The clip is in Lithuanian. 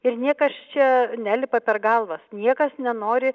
ir niekas čia nelipa per galvas niekas nenori